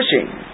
pushing